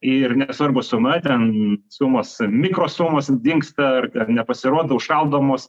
ir nesvarbu suma ten sumos mikro sumos dingsta ar ten nepasirodo užšaldomos